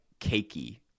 cakey